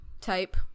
type